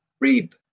reap